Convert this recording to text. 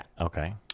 okay